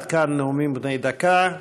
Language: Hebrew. עד כאן נאומים בני דקה להיום.